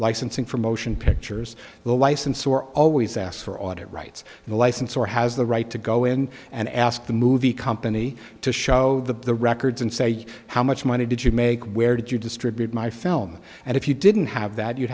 licensing for motion pictures the license or always ask for audit rights in the license or has the right to go in and ask the movie company to show the records and say how much money did you make where did you distribute my film and if you didn't have that you'd